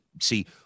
see